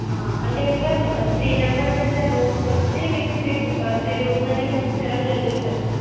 అంటే sir three నెంబర్సే sir రూమ్కొచ్చి మీకు త్రీ బుక్ త్రీ రూమ్స్ అనేవి బుక్ చేయడం జరిగింది సార్